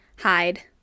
hide